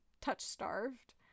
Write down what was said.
touch-starved